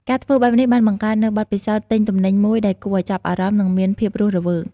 ការធ្វើបែបនេះបានបង្កើតនូវបទពិសោធន៍ទិញទំនិញមួយដែលគួរឱ្យចាប់អារម្មណ៍និងមានភាពរស់រវើក។